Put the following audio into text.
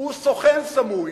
הוא סוכן סמוי,